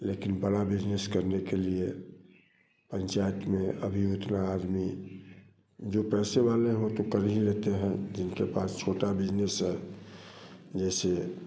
लेकिन बड़ा बिजनेस करने के लिए पंचायत में अभी उतना आदमी जो पैसे वाले होते हैं वो तो कर ही लेते हैं जिनके पास छोटा बिजनेस है जैसे